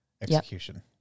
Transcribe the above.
execution